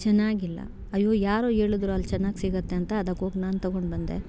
ಚೆನಾಗಿಲ್ಲ ಅಯ್ಯೋ ಯಾರೋ ಹೇಳಿದ್ರು ಅಲ್ಲಿ ಚೆನ್ನಾಗಿ ಸಿಗುತ್ತೆ ಅಂತ ಅದಕ್ಕೋಗಿ ನಾನು ತೊಗೊಂಡು ಬಂದೆ